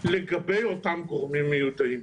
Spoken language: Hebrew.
לגבי אותם גורמים מיודעים.